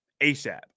ASAP